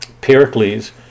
Pericles